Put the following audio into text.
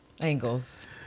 angles